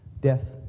Death